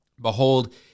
Behold